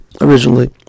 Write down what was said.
originally